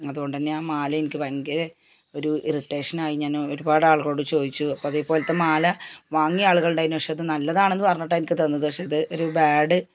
അതുകൊണ്ട് തന്നെ ആ മാല എനിക്ക് ഭയങ്കര ഒരു ഇറിട്ടേഷൻ ആയി ഞാൻ ഒരുപാട് ആളുകളോട് ചോദിച്ചു അപ്പോൾ അതേപോലത്തെ മാല വാങ്ങിയ ആളുകൾടേയ്നൂ പക്ഷെ അത് നല്ലാതാണെന്ന് പറഞ്ഞിട്ടാണ് എനിക്ക് തന്നത് പക്ഷെ ഇത് ഒരു ബാഡ്